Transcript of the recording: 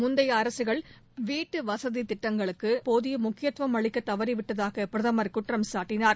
முந்தைய அரசுகள் வீட்டுவசதி திட்டங்களுக்கு போதிய முக்கியத்துவம் அளிக்க தவறிவிட்டதாக பிரதமர் குற்றம் சாட்டினார்